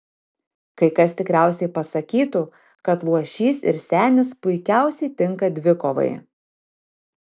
kai kas tikriausiai pasakytų kad luošys ir senis puikiausiai tinka dvikovai